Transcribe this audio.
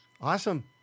Awesome